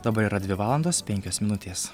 dabar yra dvi valandos penkios minutės